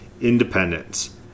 Independence